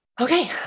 okay